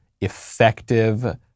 effective